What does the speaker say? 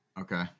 Okay